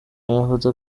amafoto